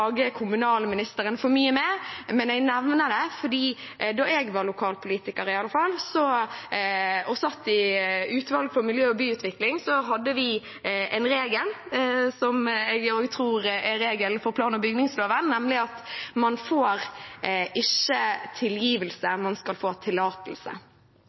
kommunalministeren for mye med, men jeg nevner det fordi da jeg var lokalpolitiker og satt i utvalg for miljø- og byutvikling, så hadde vi en regel, som jeg tror også er regelen for plan- og bygningsloven, nemlig at man ikke får tilgivelse, man skal ha tillatelse.